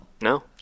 No